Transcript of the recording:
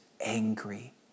angry